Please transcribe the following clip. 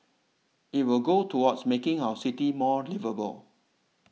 it will go towards making our city more liveable